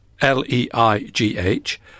L-E-I-G-H